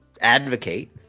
advocate